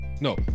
No